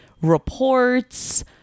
reports